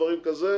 דברים כאלה,